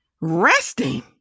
resting